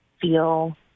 feel